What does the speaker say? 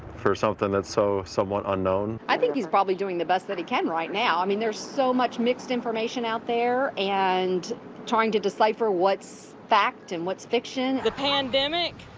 for something that's so somewhat unknown. i think he's probably doing the best that he can right now. i mean, there's so much mixed information out there, and trying to decipher what's fact and what's fiction. the pandemic?